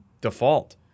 default